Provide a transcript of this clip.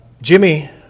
Jimmy